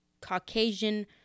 caucasian